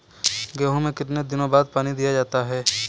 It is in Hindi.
गेहूँ में कितने दिनों बाद पानी दिया जाता है?